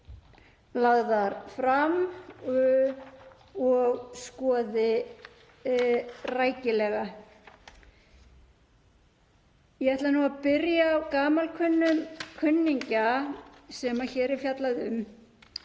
lagðar fram og skoði rækilega. Ég ætla að byrja á gamalkunnum kunningja sem hér er fjallað um,